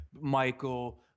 Michael